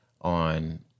on